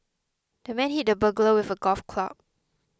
the man hit the burglar with a golf club